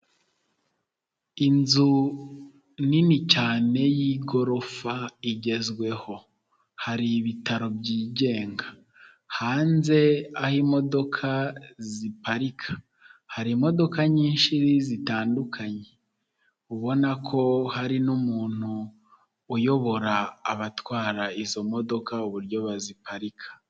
Inzu nini cyane y'igorofa igezweho, hari ibitaro byigenga hanze aho imodoka ziparika hari imodoka nyinshi zitandukanye, ubona ko hari n'umuntu uyobora abatwara izo modoka uburyo baziparika.